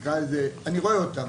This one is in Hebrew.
אני רואה אותם.